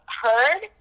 heard